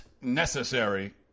necessary